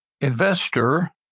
investor